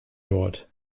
dort